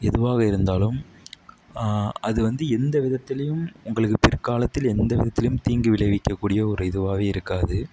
எதுவாக இருந்தாலும் அது வந்து எந்த விதத்துலேயும் உங்களுக்குப் பிற்காலத்தில் எந்த விதத்துலேயும் தீங்கு விளைவிக்கக் கூடிய ஒரு இதுவாக இருக்காது